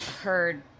heard